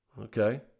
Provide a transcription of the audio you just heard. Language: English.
okay